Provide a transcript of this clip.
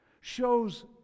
shows